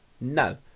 no